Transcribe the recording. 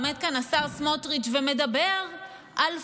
עומד כאן השר סמוטריץ' ומדבר על פייק,